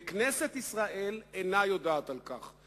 וכנסת ישראל אינה יודעת על כך.